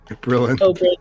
Brilliant